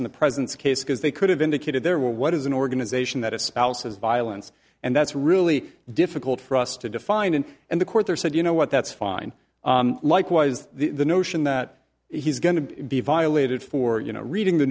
in the president's case because they could have indicated there were what is an organization that espouses violence and that's really difficult for us to define and and the court there said you know what that's fine likewise the notion that he's going to be violated for you know reading the